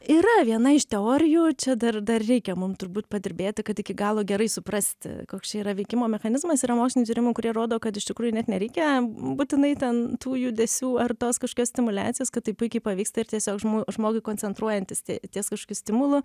yra viena iš teorijų čia dar dar reikia mum turbūt padirbėti kad iki galo gerai suprasti koks čia yra veikimo mechanizmas yra mokslinių tyrimų kurie rodo kad iš tikrųjų net nereikia būtinai ten tų judesių ar tos kažkokios stimuliacijos kad tai puikiai pavyksta ir tiesiog žmo žmogui koncentruojantis tie ties kažkokiu stimulu